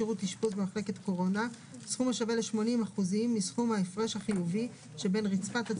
מחזור התחשבנות סך כל ההיקף הכספי של